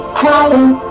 crying